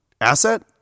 Asset